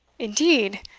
indeed!